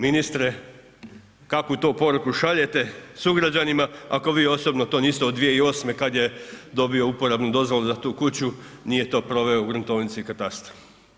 Ministre kakvu to poruku šaljete sugrađanima ako vi osobno to niste od 2008. kad je dobio uporabnu dozvolu za tu kuću nije to proveo o gruntovnicu i katastar?